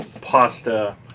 pasta